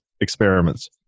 experiments